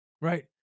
right